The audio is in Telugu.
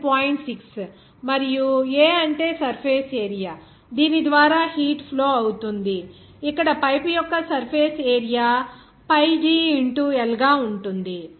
6 మరియు A అంటే సర్ఫేస్ ఏరియా దీని ద్వారా హీట్ ఫ్లో అవుతుంది ఇక్కడ పైపు యొక్క surface area pi d into L గా ఉంటుంది